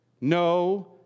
No